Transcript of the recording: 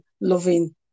loving